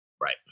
Right